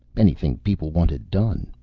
anything people wanted done.